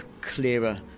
clearer